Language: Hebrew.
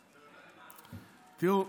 תראו,